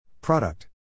Product